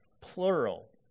plural